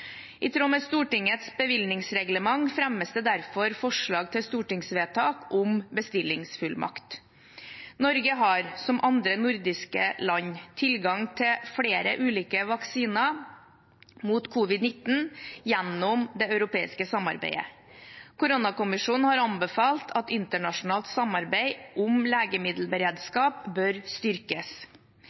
I tråd med Stortingets bevilgningsreglement fremmes det derfor forslag til stortingsvedtak om bestillingsfullmakt. Norge har, som andre nordiske land, tilgang til flere ulike vaksiner mot covid-19 gjennom det europeiske samarbeidet. Koronakommisjonen har anbefalt at internasjonalt samarbeid om legemiddelberedskap bør styrkes.